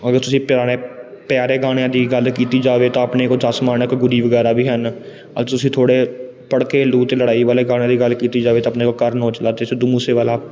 ਅਗਰ ਤੁਸੀਂ ਪਿਆਣੇ ਪਿਆਰੇ ਗਾਣਿਆਂ ਦੀ ਗੱਲ ਕੀਤੀ ਜਾਵੇ ਤਾਂ ਆਪਣੇ ਕੋਲ ਜਸ ਮਾਣਕ ਗੁਰੀ ਵਗੈਰਾ ਵੀ ਹਨ ਅਤੇ ਤੁਸੀਂ ਥੋੜ੍ਹੇ ਭੜਕੇਲੂ ਅਤੇ ਲੜਾਈ ਵਾਲੇ ਗਾਣੇ ਦੀ ਗੱਲ ਕੀਤੀ ਜਾਵੇ ਤਾਂ ਆਪਣੇ ਕੋਲ ਕਰਨ ਔਜਲਾ ਅਤੇ ਸਿੱਧੂ ਮੂਸੇਵਾਲਾ